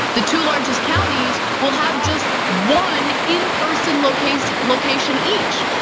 the two largest counties, will have just one in person location location each,